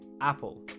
Apple